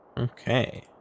Okay